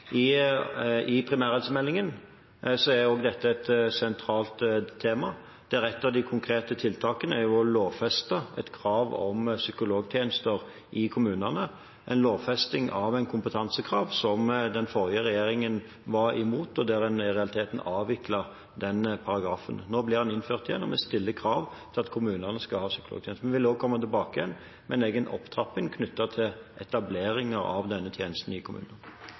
I primærhelsemeldingen er også dette et sentralt tema, der ett av de konkrete tiltakene er å lovfeste et krav om psykologtjenester i kommunene – en lovfesting av et kompetansekrav som den forrige regjeringen var imot, og i realiteten avviklet en den paragrafen. Nå blir den innført igjen, og vi stiller krav til at kommunene skal ha psykologtjeneste. Vi vil også komme tilbake med en egen opptrapping knyttet til etablering av denne tjenesten i kommunene.